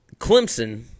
Clemson